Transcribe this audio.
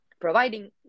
providing